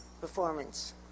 performance